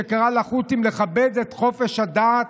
שקרא לחות'ים לכבד את חופש הדת,